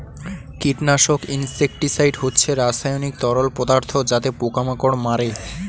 কীটনাশক ইনসেক্টিসাইড হচ্ছে রাসায়নিক তরল পদার্থ যাতে পোকা মাকড় মারে